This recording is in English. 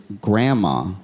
grandma